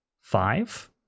five